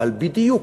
אבל בדיוק,